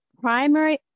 primary